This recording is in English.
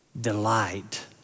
delight